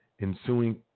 ensuing